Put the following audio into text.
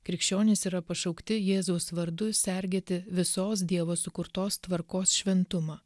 krikščionys yra pašaukti jėzaus vardu sergėti visos dievo sukurtos tvarkos šventumą